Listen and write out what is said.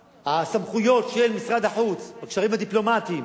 הסמכויות של משרד החוץ, הקשרים הדיפלומטיים,